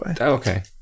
Okay